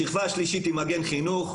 השכבה השלישית היא מגן חינוך,